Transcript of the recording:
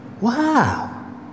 wow